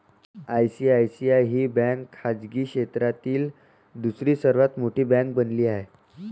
ICICI ही bank खाजगी क्षेत्रातील दुसरी सर्वात मोठी बँक बनली आहे